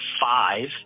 five